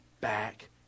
back